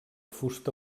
fusta